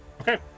Okay